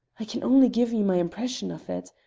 i can only give you my impression of it.